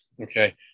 okay